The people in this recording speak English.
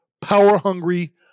power-hungry